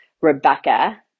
Rebecca